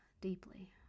deeply